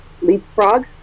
leapfrog